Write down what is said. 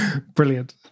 brilliant